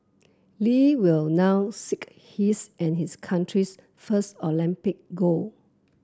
Lee will now seek his and his country's first Olympic gold